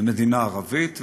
ומדינה ערבית,